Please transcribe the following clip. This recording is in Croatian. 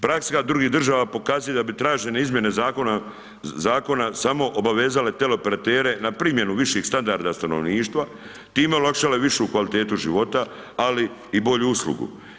Praksa drugih država pokazuje da bi tražene izmjene zakona samo obavezale teleoperatere na primjenu viših standarda stanovništva, time olakšale višu kvalitetu života, ali i bolju uslugu.